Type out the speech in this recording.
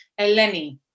Eleni